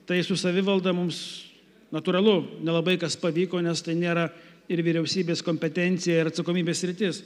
tai su savivalda mums natūralu nelabai kas pavyko nes tai nėra ir vyriausybės kompetencija ir atsakomybės sritis